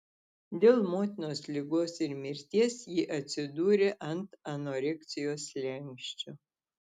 dėl motinos ligos ir mirties ji atsidūrė ant anoreksijos slenksčio